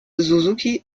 suzuki